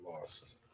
lost